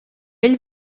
ell